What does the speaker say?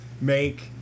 make